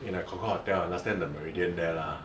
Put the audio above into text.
in the Concorde hotel last time the Meridian there lah